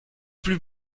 plus